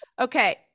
okay